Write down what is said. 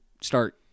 start